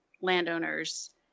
landowners